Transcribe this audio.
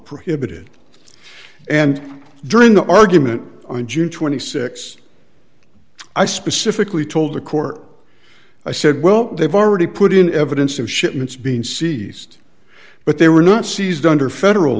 prohibited and during the argument on june twenty six i specifically told the court i said well they've already put in evidence of shipments being seized but they were not seized under federal